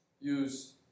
use